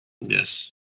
Yes